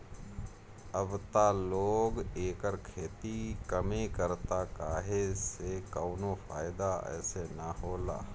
अब त लोग एकर खेती कमे करता काहे से कवनो फ़ायदा एसे न होला